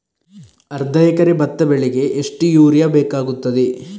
ಅರ್ಧ ಎಕರೆ ಭತ್ತ ಬೆಳೆಗೆ ಎಷ್ಟು ಯೂರಿಯಾ ಬೇಕಾಗುತ್ತದೆ?